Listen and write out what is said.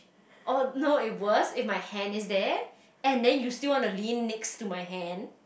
or no if worse if my hand is there and then you still want to lean next to my hand